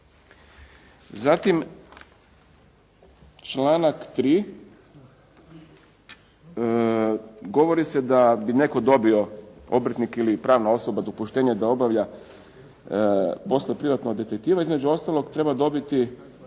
Zatim, članak 3. govori se da bi netko dobio, obrtnik ili pravna osoba dopuštenje da obavlja posao privatnog detektiva, između ostalog treba imati